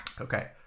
okay